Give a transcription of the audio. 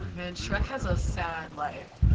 man, shrek has a sad life.